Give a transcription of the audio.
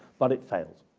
but it fails.